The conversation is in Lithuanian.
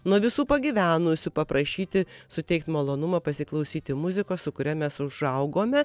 nuo visų pagyvenusių paprašyti suteikt malonumą pasiklausyti muzikos su kuria mes užaugome